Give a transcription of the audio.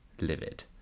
livid